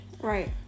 Right